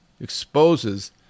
exposes